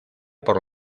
por